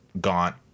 gaunt